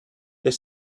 they